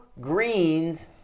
greens